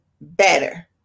better